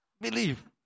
believe